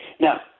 now